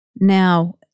Now